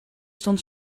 stond